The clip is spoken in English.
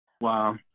Wow